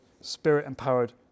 spirit-empowered